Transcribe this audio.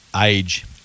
age